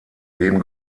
leben